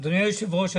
אדוני היושב-ראש,